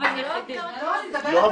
אני מדברת על מצב -- לא,